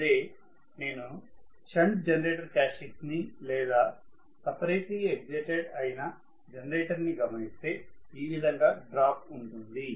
అదే నేను shunt generator characteristics ని లేదా సపరేట్ లీ ఎగ్జైటెడ్ అయిన జనరేటర్ ని గమనిస్తే ఈ విధంగా డ్రాప్ ఉంటుంది